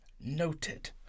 Noted